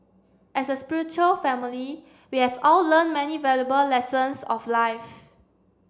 as a spiritual family we have all learned many valuable lessons of life